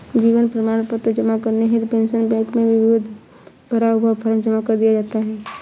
जीवन प्रमाण पत्र जमा करने हेतु पेंशन बैंक में विधिवत भरा हुआ फॉर्म जमा कर दिया जाता है